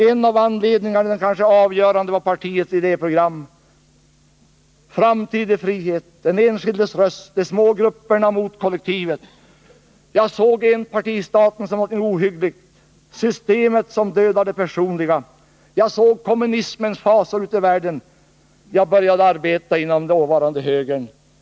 En av anledningarna, den kanske avgörande, var partiets idéprogram: Framtid i frihet! Den enskildes röst, de små grupperna mot kollektivet! Jag såg enpartistaten som någonting ohyggligt, som ett system som dödar det personliga. Jag såg kommunismens fasor ute i världen. Jag började arbeta inom dåvarande högern.